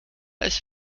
ist